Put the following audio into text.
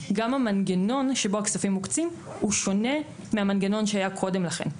גם המנגנון שבו הכספים מוקצים הוא שונה מהמנגנון שהיה קודם לכן.